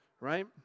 right